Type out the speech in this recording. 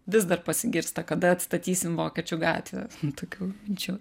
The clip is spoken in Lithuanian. vis dar pasigirsta kada atstatysim vokiečių gatvę tokių minčių